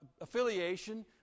affiliation